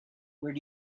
where